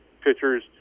pitchers